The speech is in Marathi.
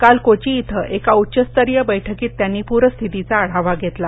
काल कोची इथं एका उच्चस्तरीय बैठकीत त्यांनी पूरस्थितीचा आढावा घेतला